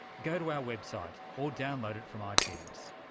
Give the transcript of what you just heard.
go to our website or download it from ah itunes.